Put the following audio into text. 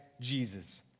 Jesus